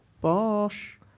Bosh